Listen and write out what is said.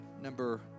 number